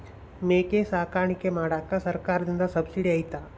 ಮೇಕೆ ಸಾಕಾಣಿಕೆ ಮಾಡಾಕ ಸರ್ಕಾರದಿಂದ ಸಬ್ಸಿಡಿ ಐತಾ?